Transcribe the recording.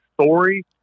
story